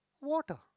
water